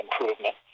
improvement